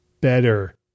better